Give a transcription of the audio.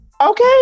Okay